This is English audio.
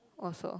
also